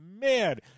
Man